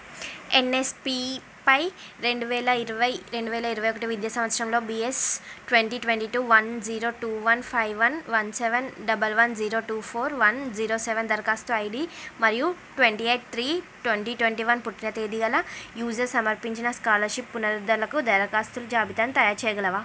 ఎన్ఎస్పీపై రెండువేల ఇరవై రెండువేల ఇరవై ఒకటి విద్యా సంవత్సరంలో BS twenty twenty two one zero two one five one one seven double one zero two four one zero seven దరఖాస్తు ఐడి మరియు twenty eight three twenty twenty one పుట్టిన తేది గల యూజర్ సమర్పించిన స్కాలర్షిప్ పునరుద్ధరణకు దరఖాస్తుల జాబితాను తయారుచేయగలవా